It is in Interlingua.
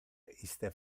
iste